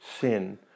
sin